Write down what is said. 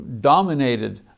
dominated